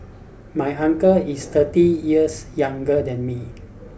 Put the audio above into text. my uncle is thirty years younger than me